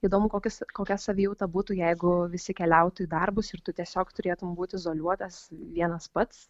įdomu kokius kokia savijauta būtų jeigu visi keliautų į darbus ir tu tiesiog turėtum būti izoliuotas vienas pats